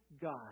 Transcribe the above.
God